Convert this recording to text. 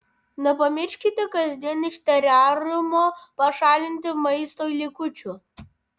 nepamirškite kasdien iš terariumo pašalinti maisto likučių